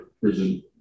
prison